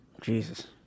Jesus